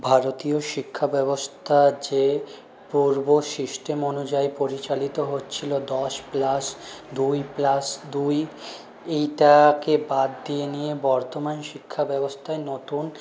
ভারতীয় শিক্ষাব্যবস্থা যে পূর্ব সিস্টেম অনুযায়ী পরিচালিত হচ্ছিলো দশ প্লাস দুই প্লাস দুই এইটাকে বাদ দিয়ে নিয়ে বর্তমান শিক্ষাব্যবস্থায় নতুন